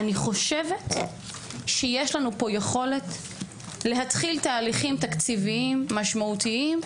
אני חושבת שיש לנו פה יכולת להתחיל תהליכים תקציביים משמעותיים.